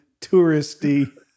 touristy